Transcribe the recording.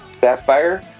Sapphire